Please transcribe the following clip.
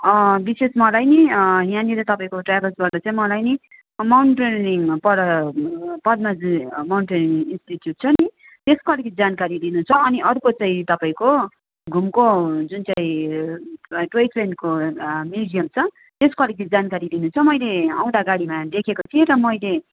विशेष मलाई नि यहाँनिर तपाईँको ट्राभल्सबाट चाहिँ मलाई नि माउन्टेनेरिङमा पर पद्माजी माउन्टेनरिङ इन्स्टिच्युट छ नि त्यसको अलिकिति जानकारी लिनु छ अनि अर्को चाहिँ तपाईँको घुमको जुन चाहिँ टोय ट्रेनको म्युजियम छ त्यसको अलिक जानकारी लिनु छ मैले आउँदा गाडीमा देखेको थिएँ र मैले